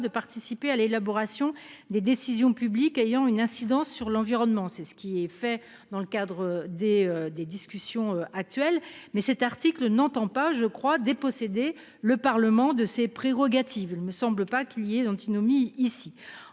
de participer à l'élaboration des décisions publiques ayant une incidence. Sur l'environnement, c'est ce qui est fait dans le cadre des des discussions. Actuel mais cet article n'entend pas je crois déposséder le Parlement de ses prérogatives. Il me semble pas qu'il y ait d'antinomie ici.